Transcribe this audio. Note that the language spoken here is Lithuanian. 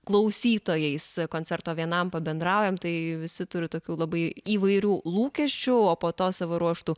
klausytojais koncerto vienam pabendraujam tai visi turi tokių labai įvairių lūkesčių o po to savo ruožtu